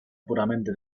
puramente